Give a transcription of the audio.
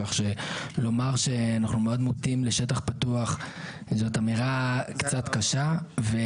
כך שלומר שאנחנו מאוד מוטים לשטח פתוח זאת אמירה קצת קשה.